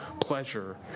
pleasure